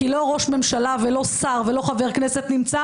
כי לא ראש ממשלה ולא שר ולא חבר כנסת נמצא